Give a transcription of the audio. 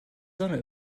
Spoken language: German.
sonne